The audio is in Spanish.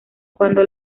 cuando